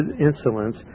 insolence